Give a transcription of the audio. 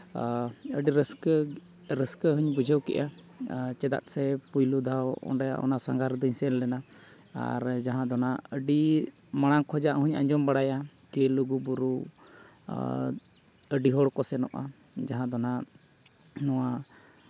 ᱟᱹᱰᱤ ᱨᱟᱹᱥᱠᱟᱹ ᱨᱟᱹᱥᱠᱟᱹ ᱦᱚᱸᱧ ᱵᱩᱡᱷᱟᱹᱣ ᱠᱮᱜᱼᱟ ᱪᱮᱫᱟᱜ ᱥᱮ ᱯᱳᱭᱞᱳ ᱫᱷᱟᱣ ᱚᱸᱰᱮ ᱚᱱᱟ ᱥᱟᱸᱜᱷᱟᱨ ᱫᱚᱧ ᱥᱮᱱ ᱞᱮᱱᱟ ᱟᱨ ᱡᱟᱦᱟᱸ ᱫᱚ ᱦᱟᱸᱜ ᱟᱹᱰᱤ ᱢᱟᱲᱟᱝ ᱠᱷᱚᱡᱟᱜ ᱦᱚᱸᱧ ᱟᱡᱚᱢ ᱵᱟᱲᱟᱭᱟ ᱠᱤ ᱞᱩᱜᱩᱼᱵᱩᱨᱩ ᱟᱨ ᱟᱹᱰᱤ ᱦᱚᱲ ᱠᱚ ᱥᱮᱱᱚᱜᱼᱟ ᱡᱟᱦᱟᱸ ᱫᱚ ᱦᱟᱸᱜ ᱱᱚᱣᱟ